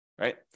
right